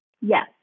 Yes